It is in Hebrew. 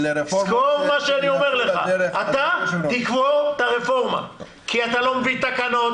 אתה תקבור את הרפורמה, כי אתה לא מביא תקנות,